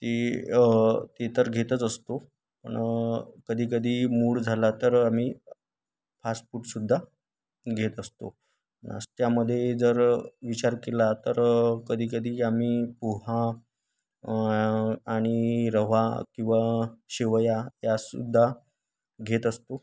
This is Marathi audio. ती ते तर घेतच असतो पण कधी कधी मूड झाला तर आम्ही फास्ट फूड सुद्धा घेत असतो नाश्त्यामध्ये जर विचार केला तर कधी कधी आम्ही पोहा आणि रवा किंवा शेवया या सुद्धा घेत असतो